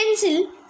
pencil